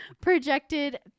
Projected